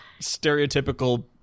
stereotypical